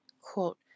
quote